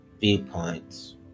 viewpoints